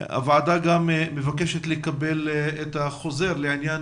הוועדה גם מבקשת לקבל את החוזר לעניין